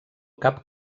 cap